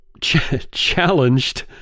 challenged